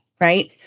Right